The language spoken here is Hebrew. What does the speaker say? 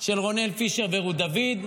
של רונאל פישר ורות דוד,